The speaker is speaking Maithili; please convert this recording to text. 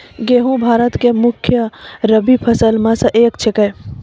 गेहूँ भारत के मुख्य रब्बी फसल मॅ स एक छेकै